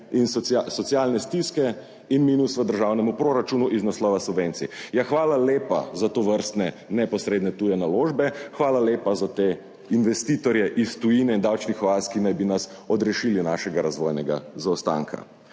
in socialne stiske in minus v državnem proračunu iz naslova subvencij. Ja, hvala lepa za tovrstne neposredne tuje naložbe, hvala lepa za te investitorje iz tujine in davčnih oaz, ki naj bi nas odrešili našega razvojnega zaostanka.